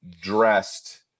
dressed